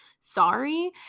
sorry